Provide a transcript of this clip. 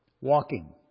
walking